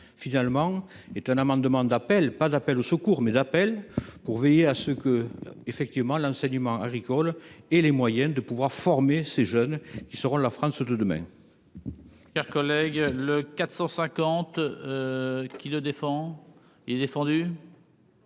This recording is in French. finalement est un amendement d'appel, pas d'appel au secours, mes appels pour veiller à ce que effectivement l'enseignement agricole et les moyens de pouvoir former ces jeunes qui seront la France de demain.